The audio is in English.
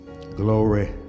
Glory